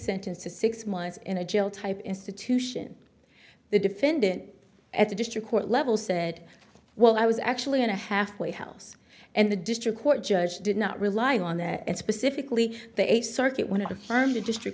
sentenced to six months in a jail type institution the defendant at the district court level said well i was actually in a halfway house and the district court judge did not rely on that and specifically the eighth circuit one of the fund industry